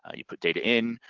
ah you put data in,